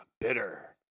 bitter